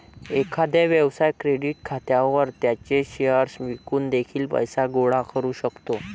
एखादा व्यवसाय क्रेडिट खात्यावर त्याचे शेअर्स विकून देखील पैसे गोळा करू शकतो